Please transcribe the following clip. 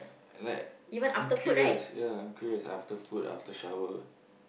like I'm curious ya I'm curious after food after shower